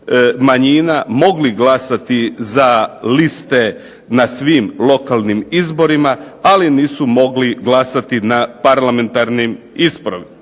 mogli glasati za liste na svim lokalnim izborima ali nisu mogli glasati na parlamentarnim izborima.